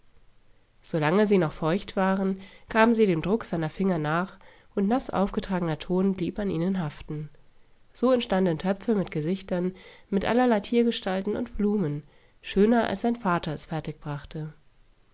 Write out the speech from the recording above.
solange sie noch feucht waren gaben sie dem druck seiner finger nach und naß aufgetragener ton blieb an ihnen haften so entstanden töpfe mit gesichtern mit allerlei tiergestalten und blumen schöner als sein vater es fertigbrachte